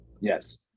Yes